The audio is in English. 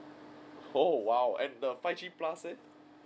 oh !wow! and the five G plus leh